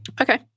Okay